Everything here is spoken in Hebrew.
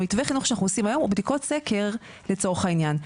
מתווה החינוך שאנחנו עושים היום הוא בדיקות סקר לצורך העניין.